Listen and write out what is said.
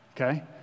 Okay